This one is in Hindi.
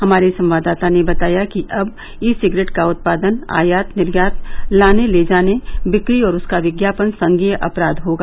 हमारे संवाददाता ने बताया कि अब ई सिगरेट का उत्पादन आयात निर्यात लाने ले जाने बिक्री और उसका विज्ञापन संज्ञेय अपराध होगा